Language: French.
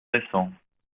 récents